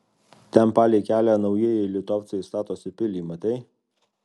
ten palei kelią naujieji litovcai statosi pilį matei